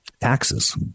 taxes